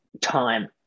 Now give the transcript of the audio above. time